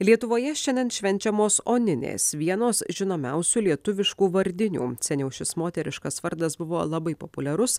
lietuvoje šiandien švenčiamos oninės vienos žinomiausių lietuviškų vardinių seniau šis moteriškas vardas buvo labai populiarus